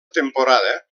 temporada